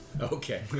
Okay